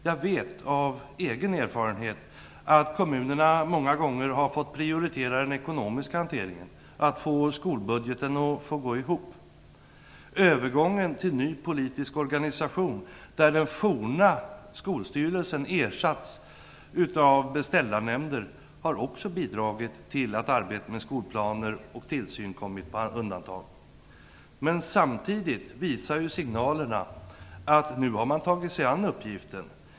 Jag vet av egen erfarenhet att kommunerna många gånger har fått prioritera den ekonomiska hanteringen med att få skolbudgeten att gå ihop. Övergången till en ny politisk organisation där den forna Skolstyrelsen ersatts av beställarnämnder har också bidragit till att arbetet med skolplaner och tillsyn har kommit på undantag. Samtidigt visar signalerna att man har tagit sig an uppgiften.